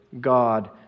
God